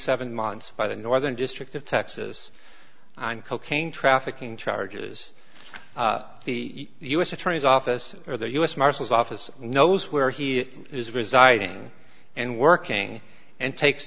seven months by the northern district of texas on cocaine trafficking charges the u s attorney's office or the u s marshal's office knows where he is residing and working and takes